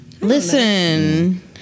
Listen